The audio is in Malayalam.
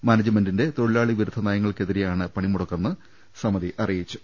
മാനേജ്മെന്റിന്റെ തൊഴിലാളി വിരുദ്ധ നയങ്ങൾക്കെതിരെയാണ് പണിമുടക്കെന്ന് സമിതി അറിയിച്ചു